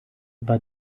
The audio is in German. war